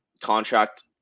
contract